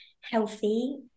healthy